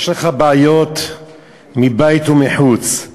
יש לך בעיות מבית ומחוץ.